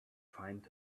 find